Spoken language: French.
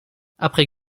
après